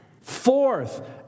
Fourth